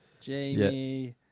Jamie